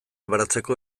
baratzeko